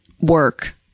work